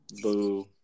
Boo